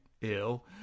ill